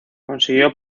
consiguió